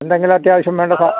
എന്തെങ്കിലും അത്യാവശ്യം വേണ്ട